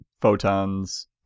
photons